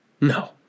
No